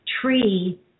tree